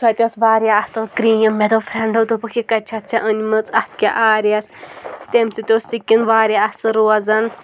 سۄ تہِ ٲس واریاہ اَصٕل کریٖم مےٚ دوٚپ فرٛیٚنٛڈو دوٚپُکھ یہِ کَتہِ چھَتھ ژےٚ أنۍ مٕژ اَتھ کیٛاہ آر ایٚس تمہِ سۭتۍ اوس سِکِن واریاہ اَصٕل روزَان